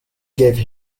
gave